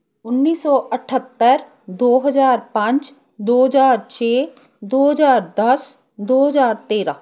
ਉੱਨੀ ਸੌ ਅਠੱਤਰ ਦੋ ਹਜ਼ਾਰ ਪੰਜ ਦੋ ਹਜ਼ਾਰ ਛੇ ਦੋ ਹਜ਼ਾਰ ਦਸ ਦੋ ਹਜ਼ਾਰ ਤੇਰਾਂ